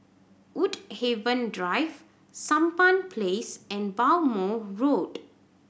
Woodhaven Drive Sampan Place and Bhamo Road